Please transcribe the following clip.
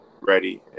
ready